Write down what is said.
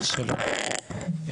שלום,